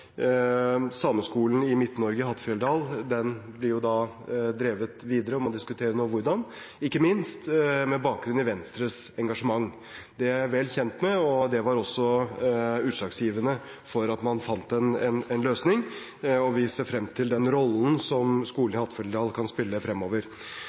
man diskuterer nå hvordan, ikke minst med bakgrunn i Venstres engasjement. Det er jeg vel kjent med, og det var også utslagsgivende for at man fant en løsning. Vi ser frem til den rollen skolen i Hattfjelldal kan spille fremover. Sametinget, som